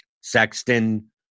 Sexton